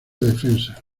defensa